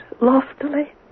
loftily